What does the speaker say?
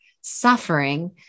suffering